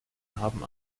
haben